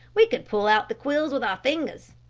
we could pull out the quills with our fingers.